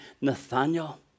Nathaniel